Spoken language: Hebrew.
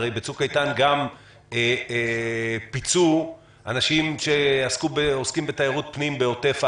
הרי בצוק איתן גם פיצו אנשים שעוסקים בתיירות פנים בעוטף עזה.